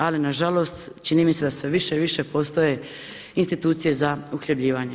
Ali na žalost čini mi se da sve više i više postoje institucije za uhljebljivanje.